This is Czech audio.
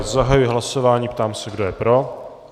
Zahajuji hlasování, ptám se, kdo je pro.